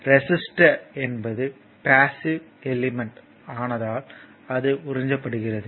resistor என்பது passive element ஆனதால் அது உறிஞ்சப்படுகிறது